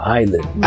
island